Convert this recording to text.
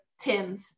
Tim's